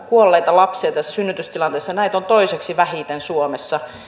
kuolleita lapsia tässä synnytystilanteessa on toiseksi vähiten suomessa